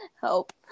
Help